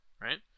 right